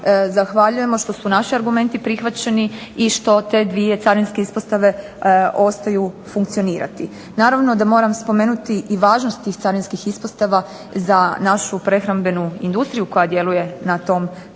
zahvaljujemo što su naši argumenti prihvaćeni i što te dvije carinske ispostave ostaju funkcionirati. Naravno da moram spomenuti i važnost tih carinskih ispostava za našu prehrambenu industriju koja djeluje na tom području